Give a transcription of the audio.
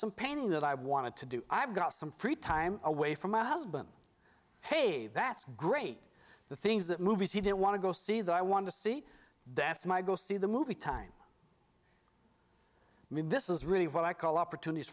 some painting that i wanted to do i've got some free time away from my husband hey that's great the things that movies he didn't want to go see that i want to see death might go see the movie time i mean this is really what i call opportunities